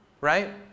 right